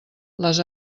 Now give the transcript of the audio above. les